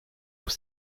aux